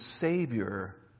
Savior